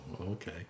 okay